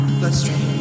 bloodstream